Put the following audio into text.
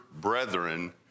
brethren